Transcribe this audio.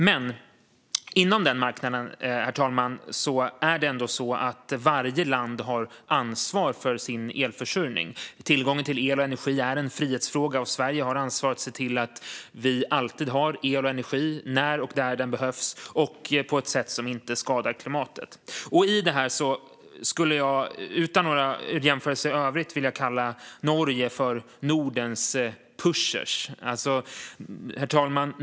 Men inom den marknaden, herr talman, har varje land ansvar för sin elförsörjning. Tillgången till el och energi är en frihetsfråga, och Sverige har ansvar för att se till att vi alltid har el och energi där den behövs och på ett sätt som inte skadar klimatet. I detta skulle jag utan några jämförelser i övrigt vilja kalla Norge för Nordens pusher, herr talman.